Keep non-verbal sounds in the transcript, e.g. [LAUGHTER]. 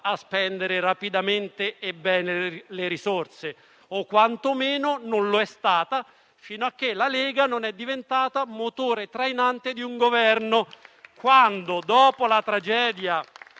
a spendere rapidamente e bene le risorse o quantomeno non lo è stata fino a che la Lega non è diventata motore trainante di un Governo. [APPLAUSE]